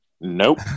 nope